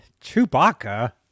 Chewbacca